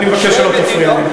ואני מבקש שלא תפריע לי.